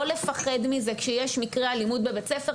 לא לפחד מזה כשיש מקרה אלימות בבית-הספר,